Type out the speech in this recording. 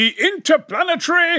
Interplanetary